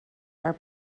are